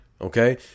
okay